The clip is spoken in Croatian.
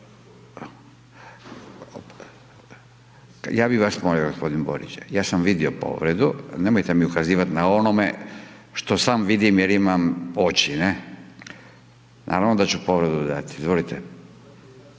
Ja bi vas molio gospodin Borić, ja sam vidio povredu nemojte mi ukazivati na onome što sam vidim jer imam oči, ne. Naravno da ću povredu dati. Izvolite.